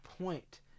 point